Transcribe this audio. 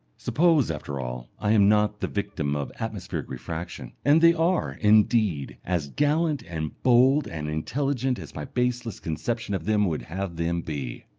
suppose, after all, i am not the victim of atmospheric refraction, and they are, indeed, as gallant and bold and intelligent as my baseless conception of them would have them be!